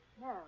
No